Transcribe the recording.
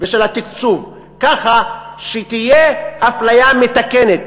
ושל התקצוב ככה שתהיה אפליה מתקנת,